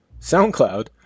SoundCloud